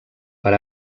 per